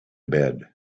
bed